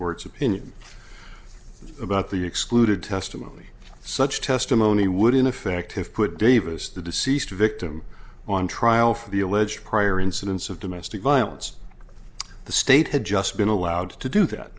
court's opinion about the excluded testimony such testimony would in effect have put davis the deceased victim on trial for the alleged prior incidents of domestic violence the state had just been allowed to do that